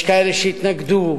יש כאלה שהתנגדו,